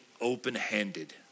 open-handed